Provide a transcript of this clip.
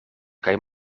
kaj